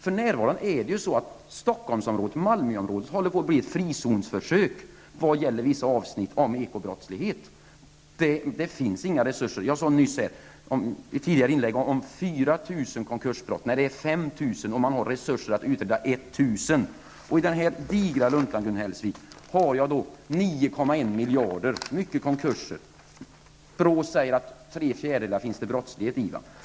För närvarande håller Stockholmsområdet och Malmöområdet på att bli ett frizonsförsök när det gäller vissa avsnitt om ekobrottslighet. Det finns inga resurser. Jag talade i tidigare inlägg om 4 000 konkursbrott när det är 5 000 och om att man har resurser att utreda 1 000. I den digra lunta som jag håller i här, Gun Hellsvik, finns det uppgifter på konkurser till ett värde av 9,1 miljarder. Det är många konkurser. BRÅ säger att det i tre fjärdedelar av fallen är fråga om brottslighet.